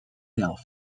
delft